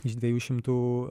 iš dviejų šimtų